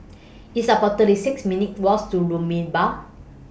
It's about thirty six minutes' Walks to Rumbia